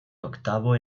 octavo